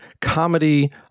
comedy